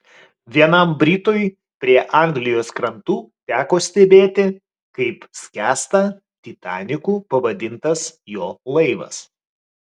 vienam britui prie anglijos krantų teko stebėti kaip skęsta titaniku pavadintas jo laivas